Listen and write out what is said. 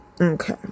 okay